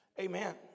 Amen